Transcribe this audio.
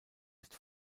ist